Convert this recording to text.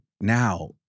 now